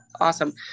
Awesome